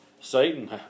Satan